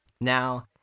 Now